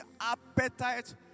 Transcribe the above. appetite